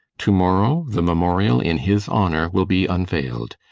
to-morrow the memorial in his honour will be unveiled.